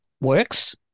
works